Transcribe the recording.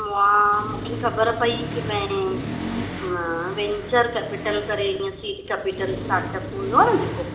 मां मूंखे ख़बर पई की बैंक वेंचर कैपीटल करे हींअ सीट कैपीटल स्टार्टअप हूंदो आहे जेको